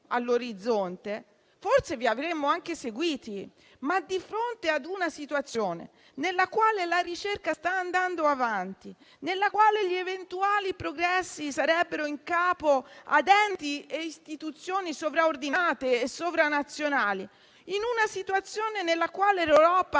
all'orizzonte, forse vi avremmo anche seguiti. Ma noi siamo di fronte ad una situazione nella quale la ricerca sta andando avanti, nella quale gli eventuali progressi sarebbero in capo ad enti e istituzioni sovraordinate e sovranazionali, nella quale l'Europa